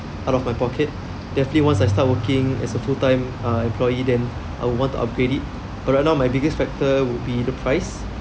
out of my pocket definitely once I start working as a full time uh employee then I would want to upgrade it but right now my biggest factor would be the price